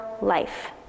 life